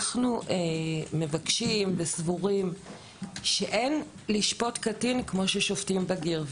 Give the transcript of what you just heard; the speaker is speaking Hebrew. אנחנו מבקשים וסבורים שאין לשפוט קטין כמו ששופטים בגיר.